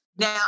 Now